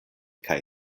kaj